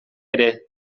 ere